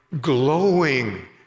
glowing